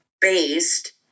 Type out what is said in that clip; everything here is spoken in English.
based